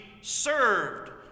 served